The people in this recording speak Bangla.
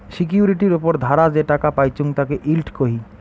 সিকিউরিটির উপর ধারা যে টাকা পাইচুঙ তাকে ইল্ড কহি